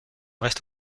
reste